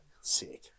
Sick